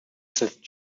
said